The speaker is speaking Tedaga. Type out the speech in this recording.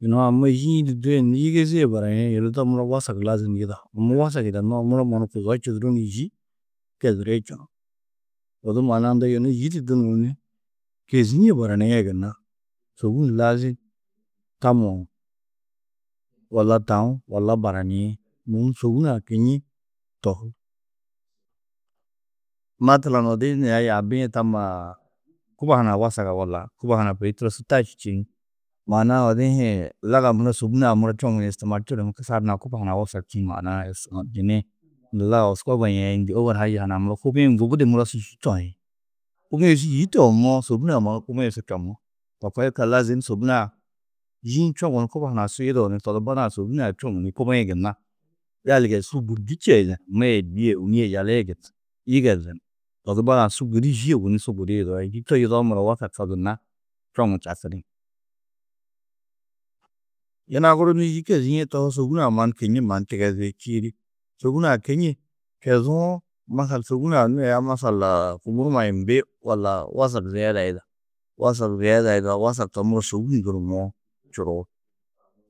Yunu amma yî-ĩ du duyunu yigezîe barayinĩ, yunu to muro wasag lazim yida. wasag yidannoó muro mannu kuzo čuduru ni yî keziri čunú. Odu maana-ã ndo yunu yî di dunuũ ni kêzie baraniĩ gunna, sôbun lazim tammo, walla taú, walla baraniĩ. Mûhum sôbun-ã kiñi tohú. Matlan odi-ĩ nû aya yaabii-ĩ tammaa, kuba hunã wasaga walla, kuba hunã kôi turo su taš čîn maana-ã odi-ĩ hi zaga muro sôbun-ã muro čoŋu istiimalčunu ni kusar hunã, kuba hunã wasag čîĩ maana-ã istimaalčinĩ oskoba yeĩ ndû: Owol haya hunã muro kubi-ĩ gubudi muro su yî toĩ. Kubi-ĩ su yî toomoó, sôbun-ã mannu kubi-ĩ su čoŋú. To koo yikallu lazim, sôbun-ã yî-ĩ čoŋu ni kuba hunã su yudoo ni to di badã sôbun-ã čoŋu ni kubi-ĩ gunna galige di su bûrdi čeidu ni ma yê dî yê ônu yê yala yê gunna yigezu ni to di badã su gudi yî ôwonni su gudi yudoi. Yî to yudowo muro, wasag to gunna čoŋu čakini. Yina guru nû yî kêzie tohoo, sôbun-ã mannu kiñi mannu tigezi. Čîidi, sôbun-ã kiñi kezuwo, masal sôbun-ã nû aya masal, kubu huma imbi walla wasag ziyeda yida. Wasag ziyeda yidawo, wasag to muro sôbun dunumoo čuruú.